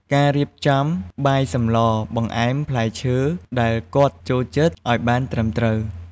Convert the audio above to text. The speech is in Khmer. ការរៀបចំ បាយសម្លរ បង្អែម ផ្លែឈើដែលគាត់ចូលចិត្តអោយបានត្រឹមត្រូវ។